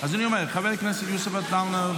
אז אני אומר: חבר הכנסת יוסף עטאונה,